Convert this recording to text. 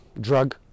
drug